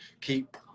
keep